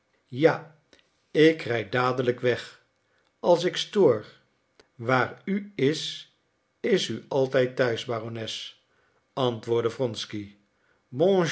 ja ik rijd dadelijk weg als ik stoor waar u is is u altijd thuis barones antwoordde